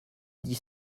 dix